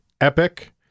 Epic